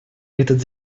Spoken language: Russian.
этот